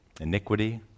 iniquity